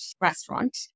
restaurant